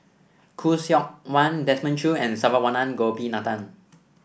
Khoo Seok Wan Desmond Choo and Saravanan Gopinathan